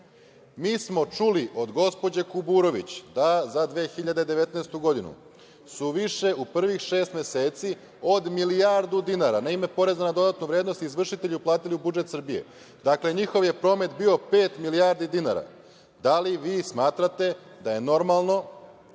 smo čuli od gospođe Kuburović da za 2019. godinu su više, u prvih šest meseci, od milijardu dinara na ime poreza na dodatu vrednost, izvršitelji uplatili u budžet Srbije. Dakle, njihov je promet bio pet milijardi dinara. Da li vi smatrate da je normalno